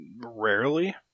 Rarely